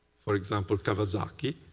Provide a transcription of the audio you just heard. for example, kawasaki,